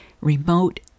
remote